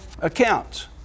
accounts